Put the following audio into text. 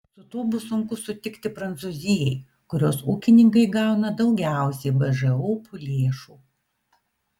su tuo bus sunku sutikti prancūzijai kurios ūkininkai gauna daugiausiai bžūp lėšų